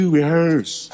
rehearse